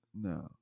no